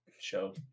show